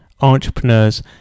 entrepreneurs